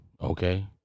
okay